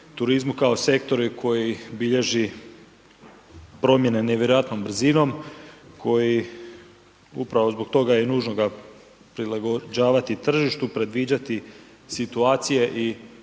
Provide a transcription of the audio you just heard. turizmu kao sektoru koji bilježi promjene nevjerojatnom brzinom, koji upravo zbog toga i nužno ga je prilagođavati tržištu, predviđati situacije i